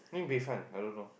I mean Bayfront I don't know